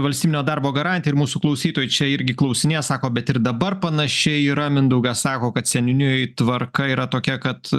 valstybinio darbo garantija ir mūsų klausytojai čia irgi klausinėja sako bet ir dabar panašiai yra mindaugas sako kad seniūnijoj tvarka yra tokia kad